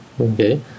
Okay